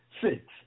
Six